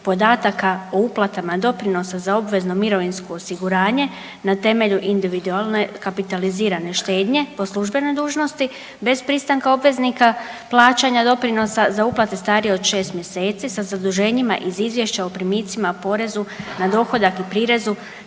podataka o uplatama doprinosa za obvezno mirovinsko osiguranje na temelju individualne kapitalizirane štednje, po službenoj dužnosti bez pristanka obveznika plaćanja doprinosa za uplate starije od 6 mjeseci, sa zaduženjima iz Izvješća o primicima o porezu na dohodak i prirezu